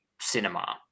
cinema